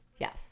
Yes